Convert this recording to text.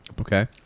Okay